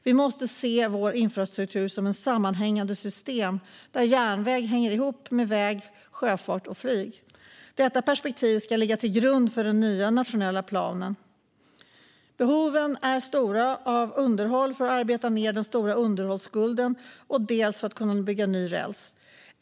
Vi måste se vår infrastruktur som ett sammanhängande system där järnväg hänger ihop med väg, sjöfart och flyg. Detta perspektiv ska ligga till grund för den nya nationella planen. Behoven är stora, dels av underhåll för att arbeta ned den stora underhållsskulden, dels av att bygga ny räls.